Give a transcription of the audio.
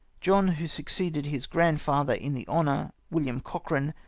john who succeeded his grand-father in the honour, william cochran,